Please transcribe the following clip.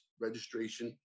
registration